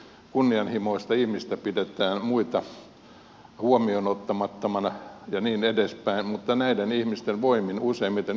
kunnianhimoista ihmistä pidetään muita huomioon ottamattomana ja niin edespäin mutta näiden ihmisten voimin useimmiten yhteiskunta edistyy